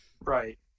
Right